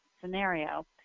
scenario